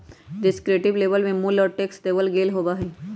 descriptive label में मूल्य और टैक्स देवल गयल होबा हई